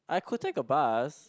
I could take a bus